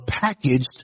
packaged